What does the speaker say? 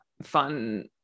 fun